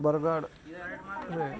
Bargarh